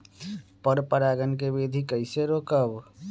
पर परागण केबिधी कईसे रोकब?